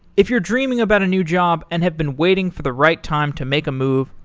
if you're dreaming about a new job and have been waiting for the right time to make a move,